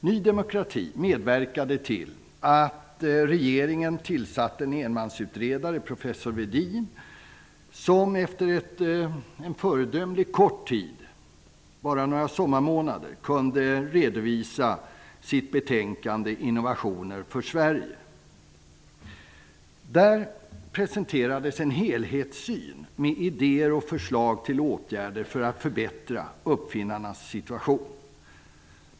Ny demokrati medverkade till att regeringen tillsatte en enmansutredare, professor Wedin, som efter en föredömligt kort tid, bara några sommarmånader, kunde redovisa sitt betänkande Innovationer för Sverige. Där presenterades en helhetssyn med idéer och förslag till åtgärder för att förbättra uppfinnarnas situation.